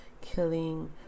killing